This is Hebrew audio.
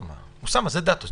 אוסאמה, זאת דעתו.